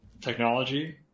technology